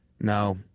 No